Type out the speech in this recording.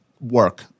work